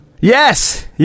Yes